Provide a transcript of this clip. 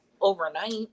overnight